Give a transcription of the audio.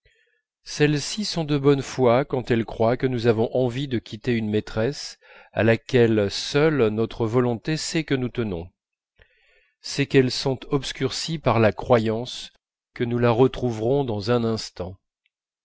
celles-ci sont de bonne foi quand elles croient que nous avons envie de quitter une maîtresse à laquelle seule notre volonté sait que nous tenons c'est qu'elles sont obscurcies par la croyance que nous la retrouverons dans un instant